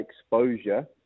exposure